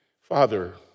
Father